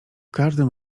każdym